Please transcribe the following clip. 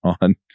on